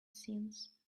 since